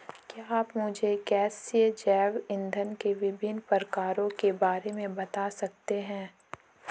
क्या आप मुझे गैसीय जैव इंधन के विभिन्न प्रकारों के बारे में बता सकते हैं?